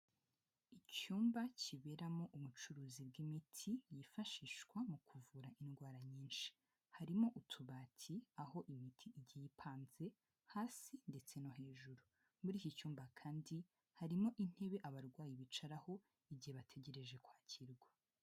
Icyumba kiberamo ubucuruzi bw'imiti yifashishwa mu kuvura indwara nyinshi. Harimo utubati aho imiti igiye ipanze, hasi ndetse no hejuru. Muri iki cyumba kandi harimo intebe abarwayi bicaraho igihe bategereje kwakirwa.